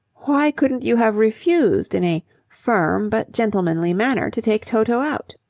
why couldn't you have refused in a firm but gentlemanly manner to take toto out?